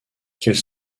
quels